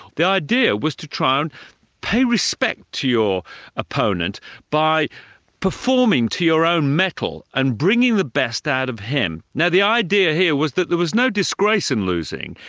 the idea was to try and pay respect to your opponent by performing to your own mettle, and bringing the best out of him. now the idea here was that there was no disgrace in losing,